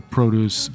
Produce